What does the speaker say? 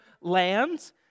lands